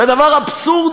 זה דבר אבסורדי.